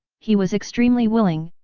he was extremely willing,